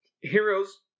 heroes